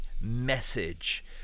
message